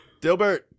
Dilbert